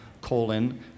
colon